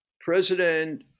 President